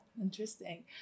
Interesting